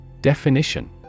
Definition